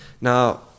Now